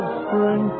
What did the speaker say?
spring